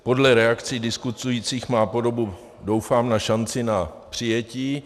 Podle reakcí diskutujících má, doufám, šanci na přijetí.